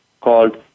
called